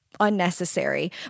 unnecessary